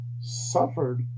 suffered